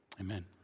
Amen